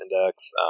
index